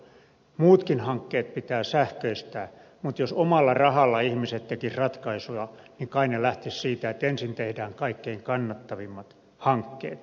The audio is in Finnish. muutkin sähköistyshankkeet pitää hoitaa mutta jos omalla rahalla ihmiset tekisivät ratkaisuja niin kai he lähtisivät siitä että ensin tehdään kaikkein kannattavimmat hankkeet